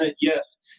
yes